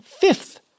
fifth